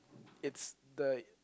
it's the